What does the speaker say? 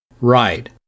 Right